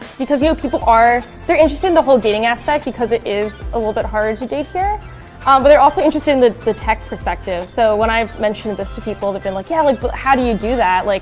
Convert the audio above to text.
because you know people are, they're interested in the whole dating aspect, because it is a little bit hard to do here. um but they're also interested in the the text perspective. so when i mentioned this to people, they've been like, yeah, like, how do you do that? like,